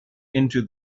into